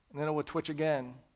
then it would twitch again.